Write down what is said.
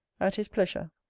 at his pleasure.